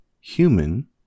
human